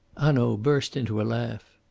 hanaud burst into a laugh.